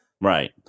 Right